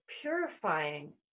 purifying